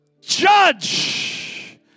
judge